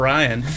Ryan